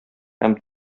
һәм